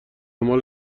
مال